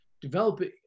developing